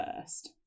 first